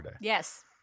Yes